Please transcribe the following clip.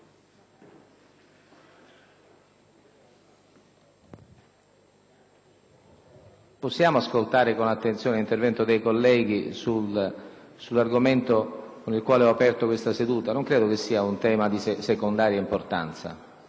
possiamo ascoltare con attenzione gli interventi dei senatori sull'argomento con il quale ho aperta questa seduta? Non credo sia un tema di secondaria importanza.